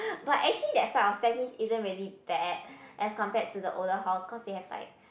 but actually the side of staircase isn't really bad as compared to the older house cause they have like